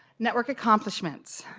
network accomplishmentsments.